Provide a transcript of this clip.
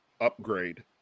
upgrade